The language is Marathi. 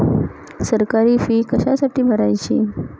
सरकारी फी कशासाठी भरायची